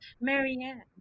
Marianne